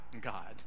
God